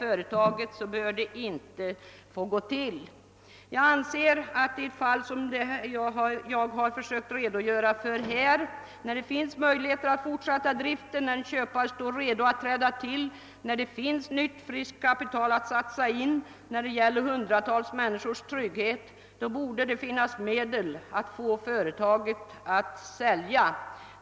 Jag anser att det i ett fall som det jag har försökt redogöra för — det fanns alltså möjligheter att fortsätta driften, en köpare stod redo att träda till, det fanns nytt, friskt kapital att satsa och det gällde hundratals människors trygghet — borde finnas medel att tvinga företaget att sälja.